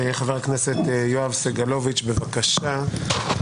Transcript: חבר הכנסת יואב סגלוביץ', בבקשה.